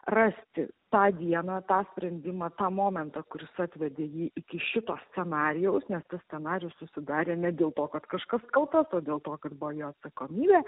rasti tą dieną tą sprendimą tą momentą kuris atvedė jį iki šito scenarijaus nes tas scenarijus susidarė ne dėl to kad kažkas kaltas dėl to kad buvo jo atsakomybė